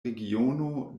regiono